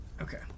Okay